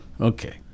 Okay